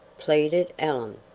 pleaded elon,